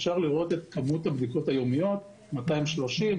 אפשר לראות את כמות הבדיקות היומיות: 230,